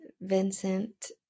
Vincent